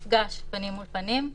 מפגש פנים מול פנים.